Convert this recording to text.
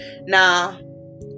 Now